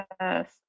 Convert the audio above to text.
Yes